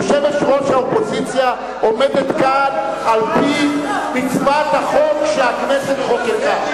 יושבת-ראש האופוזיציה עומדת כאן על-פי מצוות החוק שהכנסת חוקקה,